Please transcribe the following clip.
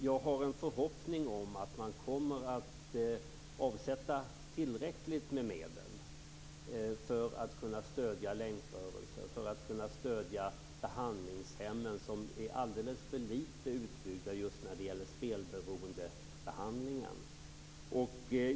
Jag har en förhoppning om att man kommer att avsätta tillräckligt med medel för att kunna stödja länkrörelser och behandlingshemmen, som är alldeles för lite utbyggda just när det gäller spelberoendebehandlingen.